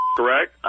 correct